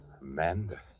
Amanda